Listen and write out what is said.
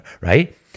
Right